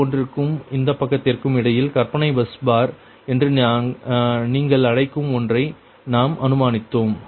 இந்த ஒன்றிற்கும் இந்த பக்கத்திற்கும் இடையில் கற்பனையான பஸ் பார் என்று நீங்கள் அழைக்கும் ஒன்றை நாம் அனுமானித்தோம்